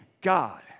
God